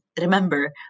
remember